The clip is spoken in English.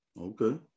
Okay